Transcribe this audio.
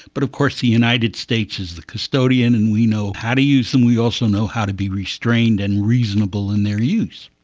but of course the united states is the custodian and we know how to use them, we also know how to be restrained and reasonable in their use,